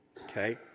Okay